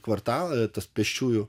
kvartalas tas pėsčiųjų